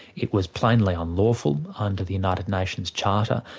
it was plainly unlawful under the united nations charter,